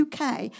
UK